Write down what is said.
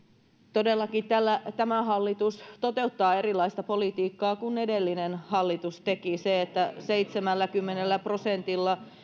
todellakin tämä hallitus toteuttaa erilaista politiikkaa kuin edellinen hallitus teki seitsemälläkymmenellä prosentilla